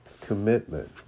commitment